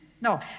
No